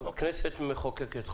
הכנסת מחוקקת חוק,